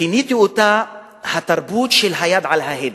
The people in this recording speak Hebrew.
כיניתי אותה התרבות של היד על ההדק.